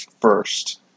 first